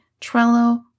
Trello